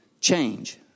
change